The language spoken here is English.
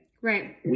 Right